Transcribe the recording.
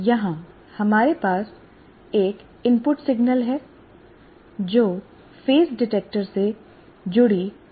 यहां हमारे पास एक इनपुट सिग्नल है जो फेज डिटेक्टर से जुड़ी एक वर्ग तरंग है